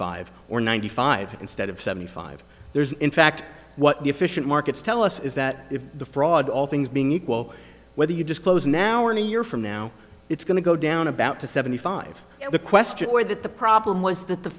five or ninety five instead of seventy five there's in fact what the efficient markets tell us is that if the fraud all things being equal whether you disclose now or in a year from now it's going to go down about to seventy five and the question where that the problem was that the